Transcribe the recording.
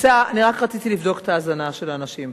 אני רק רציתי לבדוק את ההאזנה של האנשים פה,